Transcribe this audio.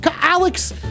Alex